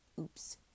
oops